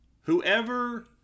Whoever